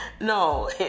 No